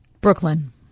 Brooklyn